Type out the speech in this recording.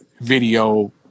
video